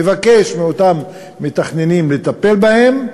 מבקש מאותם מתכננים לטפל בהן: